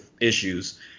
issues